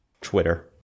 Twitter